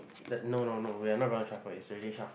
that no no no we are not gonna shuffle it's already shuffle